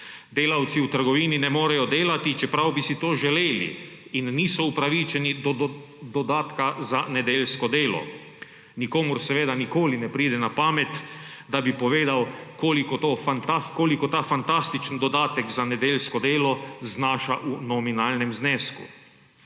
Delavci v trgovini ne morejo delati, čeprav bi si to želeli, in niso upravičeni do dodatka za nedeljsko delo. Nikomur seveda nikoli ne pride na pamet, da bi povedal, koliko ta fantastičen dodatek za nedeljsko delo znaša v nominalnem znesku.